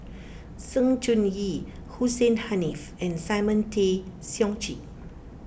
Sng Choon Yee Hussein Haniff and Simon Tay Seong Chee